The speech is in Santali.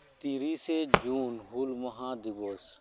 ᱛᱤᱨᱤᱥᱮ ᱡᱩᱱ ᱦᱩᱞ ᱢᱟᱦᱟ ᱫᱤᱵᱚᱥ